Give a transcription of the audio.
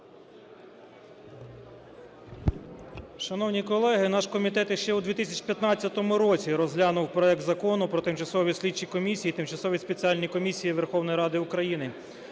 Шановні колеги, наш комітет ще у 2015 році розглянув проект Закону про тимчасові слідчі комісії і тимчасові спеціальні комісії Верховної Ради України,